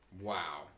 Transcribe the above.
wow